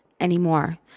anymore